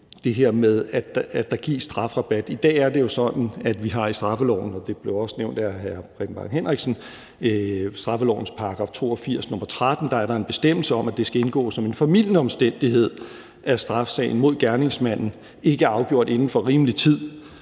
Det her med, at der gives strafrabat, er blevet rejst af flere. I dag er det jo sådan, at vi, og det blev også nævnt af hr. Preben Bang Henriksen, i straffelovens § 82, nr. 13, har en bestemmelse om, at det skal indgå som en formildende omstændighed, at straffesagen mod gerningsmanden ikke er afgjort inden for rimelig tid,